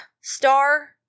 Star